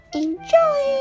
enjoy